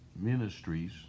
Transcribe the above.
Ministries